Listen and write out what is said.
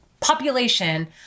population